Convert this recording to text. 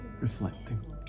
reflecting